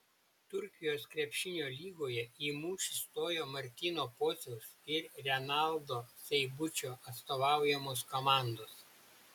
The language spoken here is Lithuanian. turkijos krepšinio lygoje į mūšį stojo martyno pociaus ir renaldo seibučio atstovaujamos komandos